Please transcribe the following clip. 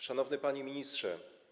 Szanowny Panie Ministrze!